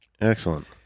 Excellent